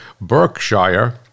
Berkshire